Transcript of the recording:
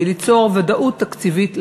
היא ליצור ודאות תקציבית למדינה.